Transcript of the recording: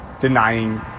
denying